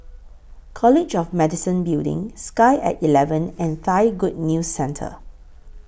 College of Medicine Building Sky At eleven and Thai Good News Centre